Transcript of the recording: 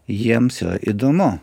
jiems įdomu